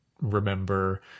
remember